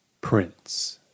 Prince